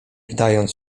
wdając